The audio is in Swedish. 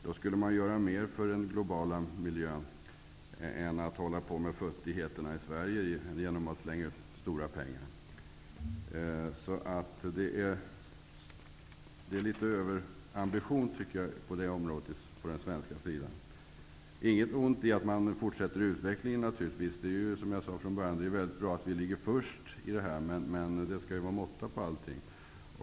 Då skulle man göra mer för den globala miljön än om man håller på med futtigheter i Sverige och slänger ut stora pengar. Det finns en överambition på det området från den svenska sidan, tycker jag. Det är naturligtvis inget ont i att man fortsätter utvecklingen. Det är som jag sade från början väldigt bra att vi ligger först, men det skall ju vara måtta på allting.